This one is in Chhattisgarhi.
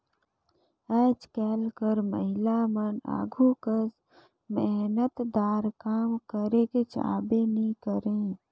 आएज काएल कर महिलामन आघु कस मेहनतदार काम करेक चाहबे नी करे